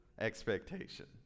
expectation